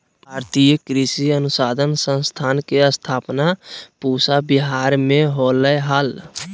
भारतीय कृषि अनुसंधान संस्थान के स्थापना पूसा विहार मे होलय हल